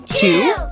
Two